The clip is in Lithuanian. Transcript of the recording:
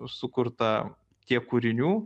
sukurta tiek kūrinių